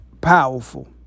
powerful